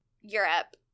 Europe